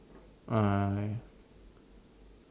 i